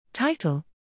Title